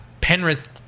Penrith